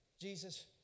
Jesus